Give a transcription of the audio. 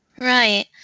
Right